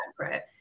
separate